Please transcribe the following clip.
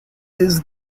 his